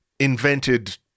Invented